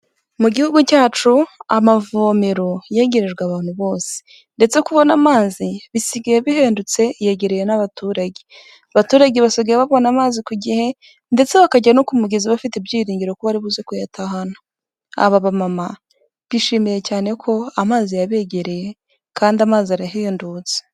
Mu gihugu cyacu amavomero yegerejwe abantu bose ndetse kubona amazi bisigaye bihendutse yegereye n'abaturage, abaturage basigaye babona amazi ku gihe ndetse bakajya no ku mugezi bafite ibyiringiro ko ba ribuze kuyatahana, aba bamama bishimiye cyane ko amazi yabegereye kandi amazi arahendutse